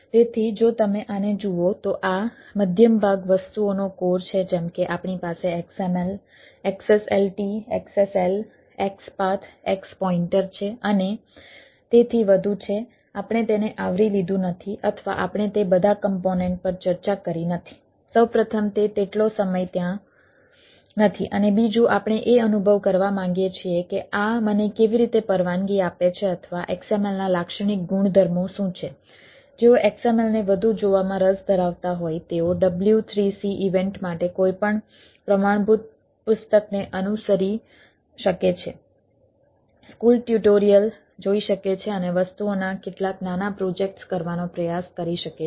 તેથી જો તમે આને જુઓ તો આ મધ્યમ ભાગ વસ્તુઓનો કોર કરવાનો પ્રયાસ કરી શકે છે